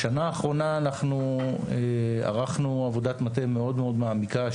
בשנה האחרונה אנחנו ערכנו עבודת מטה מאוד מעמיקה,